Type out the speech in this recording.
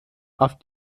auf